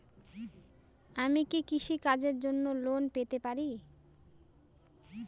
আমি কি কৃষি কাজের জন্য লোন পেতে পারি?